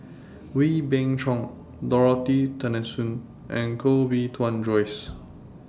Wee Beng Chong Dorothy Tessensohn and Koh Bee Tuan Joyce